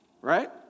right